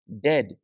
dead